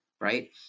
Right